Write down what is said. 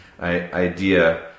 idea